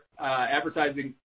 advertising